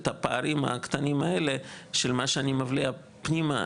את הפערים הקטנים האלה של מה שאני מבליע פנימה,